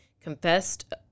confessed